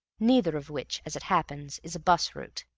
neither of which, as it happens, is a bus route,